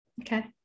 okay